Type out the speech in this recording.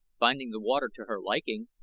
finding the water to her liking,